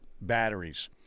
batteries